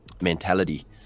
Mentality